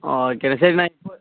ஓகேண்ணா சரிண்ண இப்போது